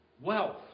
wealth